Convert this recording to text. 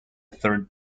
third